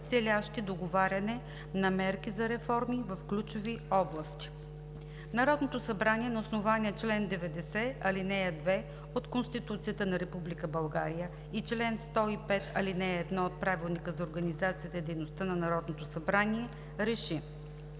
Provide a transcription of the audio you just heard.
целящи договаряне на мерки за реформи в ключови области Народното събрание на основание чл. 90, ал. 2 от Конституцията на Република България и чл. 105, ал. 1 от Правилника за организацията и дейността на Народното събрание РЕШИ: